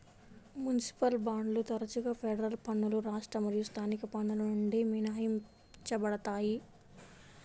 municipal బాండ్లు తరచుగా federal పన్నులు రాష్ట్ర మరియు స్థానిక పన్నుల నుండి మినహాయించబడతాయి